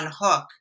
unhook